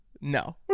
no